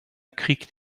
kriegt